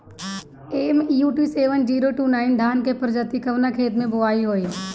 MUT seven zero two nine धान के प्रजाति कवने खेत मै बोआई होई?